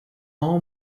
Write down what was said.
all